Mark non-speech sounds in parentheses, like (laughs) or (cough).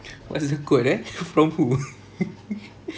what's is the quote eh from who (laughs)